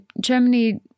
Germany